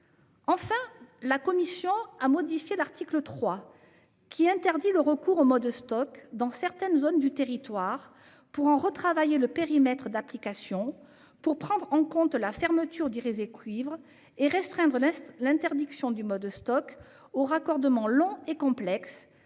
Enfin, la commission a modifié l'article 3, qui interdit le recours au mode Stoc dans certaines zones du territoire, pour en affiner le périmètre d'application afin de prendre en compte la fermeture du réseau cuivre et restreindre l'interdiction aux raccordements longs et complexes,